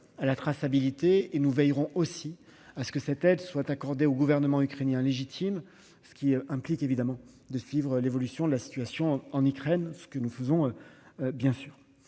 à la traçabilité de ces aides. Nous veillerons aussi à ce qu'elles soient accordées au gouvernement ukrainien légitime ; cela implique évidemment de suivre l'évolution de la situation en Ukraine, ce que nous faisons. J'en